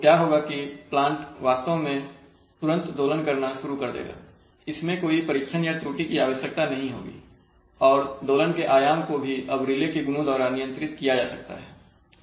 तो क्या होगा कि प्लांट वास्तव में तुरंत दोलन करना शुरू कर देगा इसमें कोई परीक्षण और त्रुटि की आवश्यकता नहीं होगी और दोलन के आयाम को अब रिले के गुणों द्वारा नियंत्रित किया जा सकता है